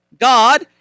God